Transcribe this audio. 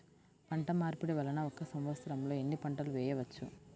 పంటమార్పిడి వలన ఒక్క సంవత్సరంలో ఎన్ని పంటలు వేయవచ్చు?